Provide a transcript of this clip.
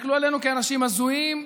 הסתכלו עלינו כאנשים הזויים,